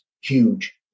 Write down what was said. huge